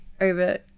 over